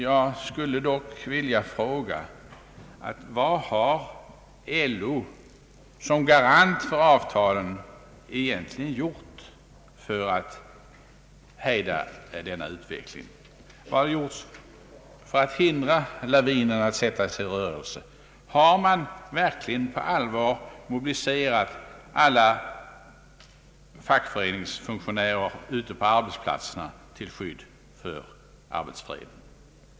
Jag skulle dock vilja fråga: Vad har LO, som garant för avtalen, egentligen i praktiken gjort för att hejda denna utveckling? Vad har gjorts för att hindra lavinen att sätta sig i rörelse? Har man verkligen på allvar mobiliserat alla fackföreningsfunktionärer ute på arbetsplatserna till skydd för arbetsfreden?